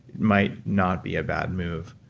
might not be a bad move.